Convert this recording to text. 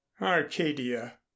arcadia